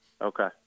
Okay